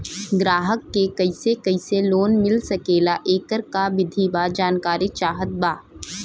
ग्राहक के कैसे कैसे लोन मिल सकेला येकर का विधि बा जानकारी चाहत बा?